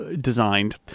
designed